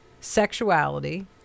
sexuality